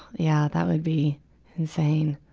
yeah, that would be insane.